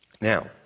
Now